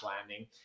landing